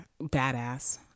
badass